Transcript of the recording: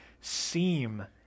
seem